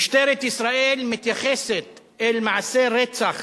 משטרת ישראל מתייחסת למעשה רצח